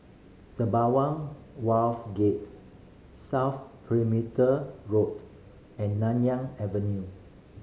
Sembawang Wharve Gate South Perimeter Road and Nanyang Avenue